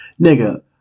Nigga